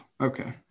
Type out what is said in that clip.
Okay